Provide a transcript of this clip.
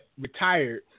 retired